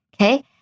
okay